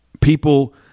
People